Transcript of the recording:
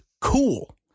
cool